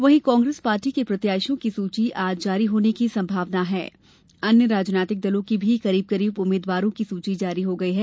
वहीं कांग्रेस पार्टी के प्रत्याशियों की सूची आज जारी होने की संभावना है अन्य राजनैतिक दलों की भी करीब करीब उम्मीद्वारों की सूची जारी हो गई है